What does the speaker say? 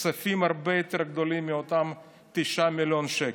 כספים הרבה יותר גדולים מאותם 9 מיליון שקל.